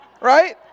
Right